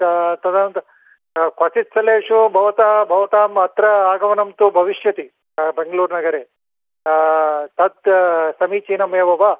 त तदनन्तरं क्वचित् स्थलेषु भवता भवताम् अत्र आगमनं तु भविष्यति बेङ्गलूरुनगरे तत् समीचीनमेव वा